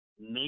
make